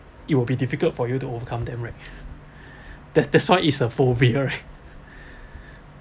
it will be difficult for you to overcome them right that that's why it's the phobia right